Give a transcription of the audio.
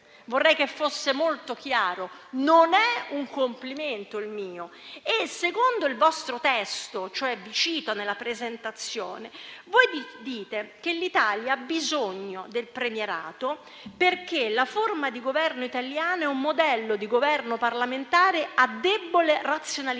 vorrei che fosse molto chiaro. Non è un complimento il mio. E secondo il vostro testo, che cito, nella presentazione voi dite che l'Italia ha bisogno del premierato perché la forma di governo italiana è un modello di Governo parlamentare a debole razionalizzazione